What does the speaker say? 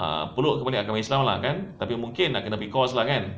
ah peluk balik lah agama islam kan tapi mungkin nak kena bagi course lah kan